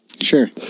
sure